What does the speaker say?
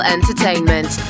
Entertainment